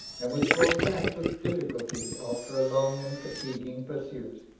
and was brought back with difficulty, after a long and fatiguing pursuit.